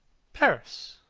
paris!